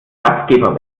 gastgeber